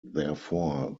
therefore